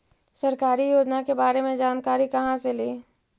सरकारी योजना के बारे मे जानकारी कहा से ली?